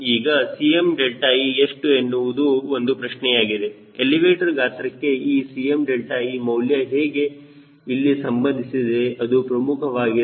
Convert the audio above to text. ಈಗ Cme ಎಷ್ಟು ಎನ್ನುವುದು ಒಂದು ಪ್ರಶ್ನೆಯಾಗಿದೆ ಎಲಿವೇಟರ್ ಗಾತ್ರಕ್ಕೆ ಈ Cme ಮೌಲ್ಯ ಹೇಗೆ ಇಲ್ಲಿ ಸಂಬಂಧಿಸಿದೆ ಅದು ಪ್ರಮುಖವಾಗಿದೆ